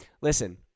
Listen